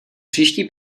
příští